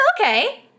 okay